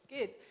Good